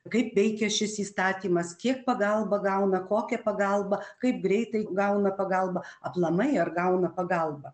kaip veikia šis įstatymas kiek pagalbą gauna kokią pagalbą kaip greitai gauna pagalbą aplamai ar gauna pagalbą